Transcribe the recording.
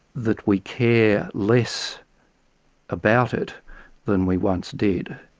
that we care less about it than we once did.